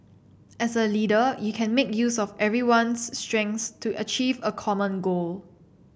as a leader you can make use of everyone's strengths to achieve a common goal